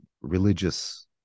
religious